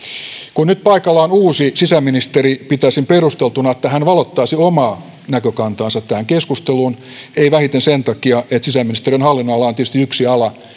kun nyt paikalla on uusi sisäministeri pitäisin perusteltuna että hän valottaisi omaa näkökantaansa tähän keskusteluun ei vähiten sen takia että sisäministeriön hallinnonala on on tietysti yksi ala